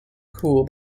cool